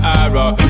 arrow